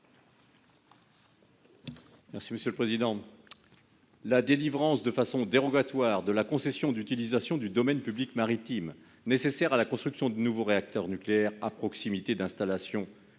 M. Daniel Salmon. La délivrance, à titre dérogatoire, de la concession d'utilisation du domaine public maritime nécessaire à la construction de nouveaux réacteurs nucléaires à proximité d'installations